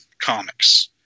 comics